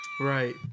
Right